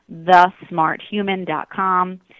thesmarthuman.com